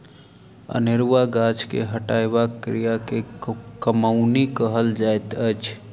अनेरुआ गाछ के हटयबाक क्रिया के कमौनी कहल जाइत अछि